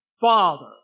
Father